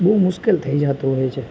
બહુ મુશ્કેલ થઈ જતું હોય છે